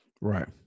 right